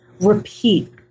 repeat